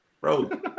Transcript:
bro